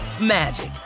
magic